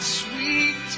sweet